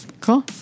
Cool